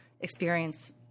experience